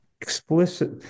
explicit